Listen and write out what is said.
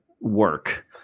work